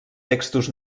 textos